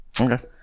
Okay